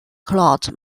clot